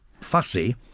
fussy